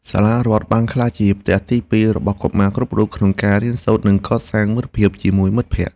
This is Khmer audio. សាលារដ្ឋបានក្លាយជាផ្ទះទីពីររបស់កុមារគ្រប់រូបក្នុងការរៀនសូត្រនិងកសាងមិត្តភាពជាមួយមិត្តភក្តិ។